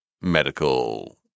medical